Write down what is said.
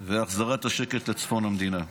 והחזרת השקט לצפון המדינה.